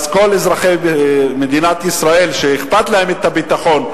אז כל אזרחי מדינת ישראל שאכפת להם מהביטחון,